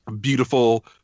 beautiful